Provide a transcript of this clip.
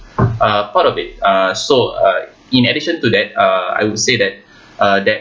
uh part of it uh so uh in addition to that uh I would say that uh that